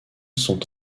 sont